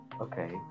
Okay